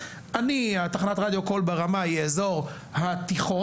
אני תחנת רדיו קול ברמה היא אזור התיכון,